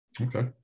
Okay